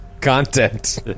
content